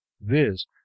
viz